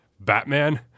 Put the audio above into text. Batman